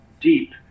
deep